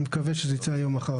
אני מקווה שזה ייצא היום או אחר.